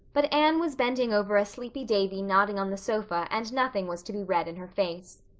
but anne was bending over a sleepy davy nodding on the sofa and nothing was to be read in her face.